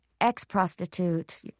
ex-prostitute